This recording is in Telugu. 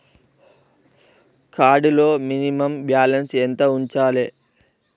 కార్డ్ లో మినిమమ్ బ్యాలెన్స్ ఎంత ఉంచాలే?